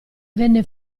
venne